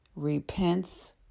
Repents